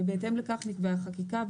ובהתאם לכך נקבעה החקיקה.